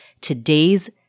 today's